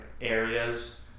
areas